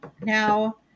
Now